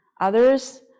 others